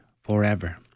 forever